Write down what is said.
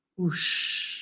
whoosh.